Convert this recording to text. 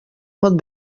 pot